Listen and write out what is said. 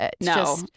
No